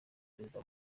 perezida